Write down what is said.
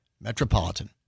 metropolitan